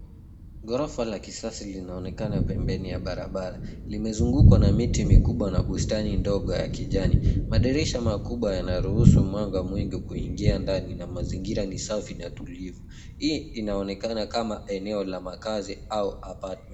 Ghorofa la kisasa linaonekana pembeni ya barabara. Lime zungukwa na miti mikubwa na bustani ndogo ya kijani . Madirisha makubwa yanaruhusu mwanga mwingi kuingia ndani na mazingira ni safi na tulivu. Hii inaonekana eneo la makaazi au apartment .